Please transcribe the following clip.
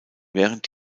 während